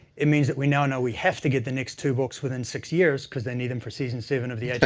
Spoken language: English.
it means that we now know we have to get the next two books within six years cause they need them for season seven of the